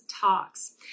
talks